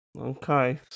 Okay